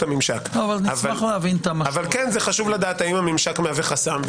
הממשק אבל חשוב לדעת אם הממשק מהווה חסם ואולי,